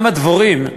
גם הדבורים,